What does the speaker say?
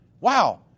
Wow